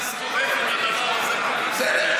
מסתובב עם הדבר הזה, בסדר.